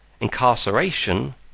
incarceration